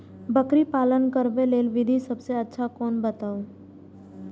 बकरी पालन करबाक लेल विधि सबसँ अच्छा कोन बताउ?